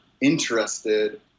interested